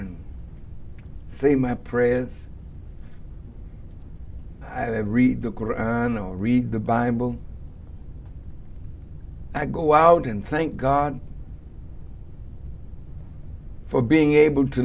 and say my prayers i read the koran or read the bible i go out and thank god for being able to